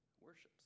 worships